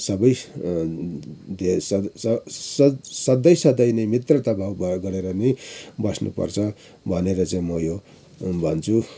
सबै सजै सधैँ सधैँ नै मित्रता भाव गरेर नै बस्नु पर्छ भनेर चाहिँ म यो भन्छु